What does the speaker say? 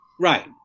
Right